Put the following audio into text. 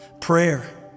Prayer